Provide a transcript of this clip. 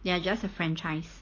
they are just a franchise